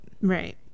right